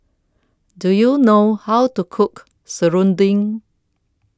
Do YOU know How to Cook Serunding